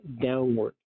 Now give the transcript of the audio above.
downward